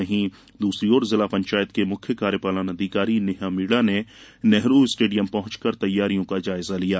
वहीं दूसरी और जिला पंचायत के मुख्य कार्यपालन अधिकारी नेहा मीणा ने नेहरू स्टेडियम पहुंचकर तैयारियों का जायजा लिया